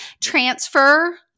transfer